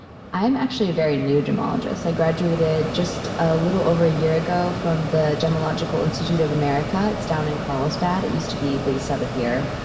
i'm actually a very new gemologist. i graduated just a little over a year ago from the gemological institute of america. it's down in carlsbad. it used to be based out of here.